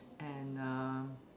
and uh